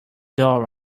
door